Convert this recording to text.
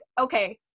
okay